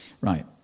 Right